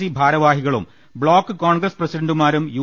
C ഭാരവാഹികളും block Congress പ്രസിഡന്റുമാരും U